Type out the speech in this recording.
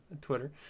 twitter